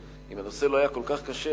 שאם הנושא לא היה כל כך קשה,